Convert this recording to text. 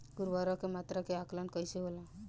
उर्वरक के मात्रा के आंकलन कईसे होला?